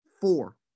four